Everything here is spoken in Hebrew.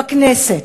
בכנסת,